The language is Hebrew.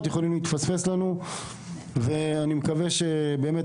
יכולים להתפספס לנו ואני מקווה שבאמת,